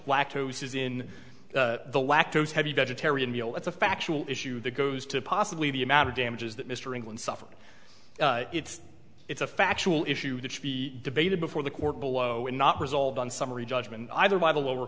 lactose is in the lactose heavy vegetarian meal it's a factual issue that goes to possibly the amount of damages that mr england suffered it's it's a factual issue that should be debated before the court below would not result in summary judgment either by the lower